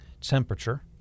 temperature